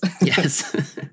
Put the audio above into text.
yes